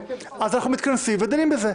אז אנחנו מתכנסים ודנים בזה.